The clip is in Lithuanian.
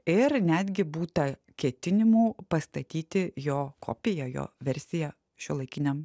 ir netgi būta ketinimų pastatyti jo kopiją jo versiją šiuolaikiniam